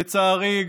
לצערי,